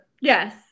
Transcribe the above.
Yes